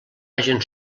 hagen